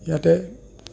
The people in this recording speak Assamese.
ইয়াতে